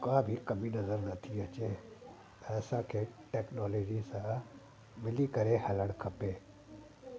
का बि कमी नज़र न थी अचे ऐं असां खे टेक्नोलोजी सां मिली करे हलणु खपे